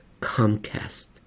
Comcast